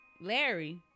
Larry